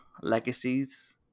legacies